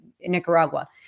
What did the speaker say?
Nicaragua